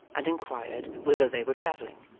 and inquired whither they were travelling.